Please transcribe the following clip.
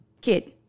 Kid